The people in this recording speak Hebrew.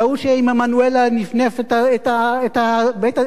וההוא שעם המנואלה נפנף את הדפוס,